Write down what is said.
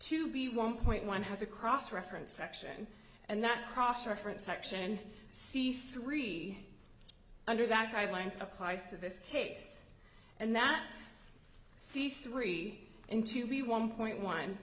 to be one point one has a cross reference section and that cross reference section c three under that guidelines applies to this case and that c three and two b one point one